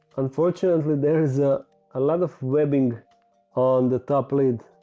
unfortunately, there is a ah lot of webbing on the top lid